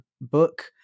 book